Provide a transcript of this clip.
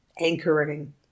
anchoring